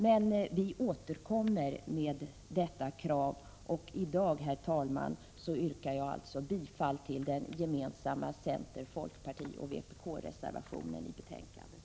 Men vi återkommer med detta krav. I dag, herr talman, yrkar jag således bifall till den gemensamma center-, folkpartioch vpk-reservationen i betänkandet.